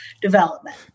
development